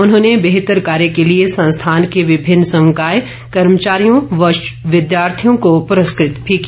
उन्होंने बेहतर कार्य के लिए संस्थान के विभिन्न संकाय कर्मचारियों व विद्यार्थियों को पुरस्कृत भी किया